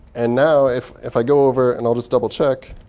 and now, if if i go over, and i'll just double check,